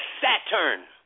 Saturn